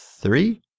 three